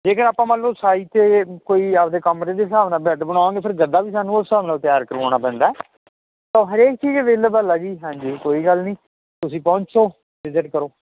ਜੇਕਰ ਆਪਾਂ ਮੰਨ ਲੋ ਸਾਈਜ ਤੇ ਕੋਈ ਆਪਦੇ ਕਮਰੇ ਦੇ ਸਾਬ ਦੇ ਨਾਲ ਬੈੱਡ ਬਣਵਾਵਾਂਗੇ ਫੇਰ ਗੱਦਾ ਵੀ ਸਾਨੂੰ ਉਸ ਸਾਬ ਨਾਲ ਤਿਆਰ ਕਰਵਾਉਣਾ ਪੈਂਦਾ ਐ ਤਾਂ ਹਰੇਕ ਚੀਜ ਅਵੇਲੇਬਲ ਐ ਜੀ ਹਾਂਜੀ ਕੋਈ ਗੱਲ ਨੀ ਤੁਸੀਂ ਪਹੁੰਚੋ ਵਿਜਿਟ ਕਰੋ